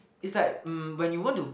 is like um when you want to